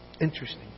Interesting